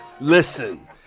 listen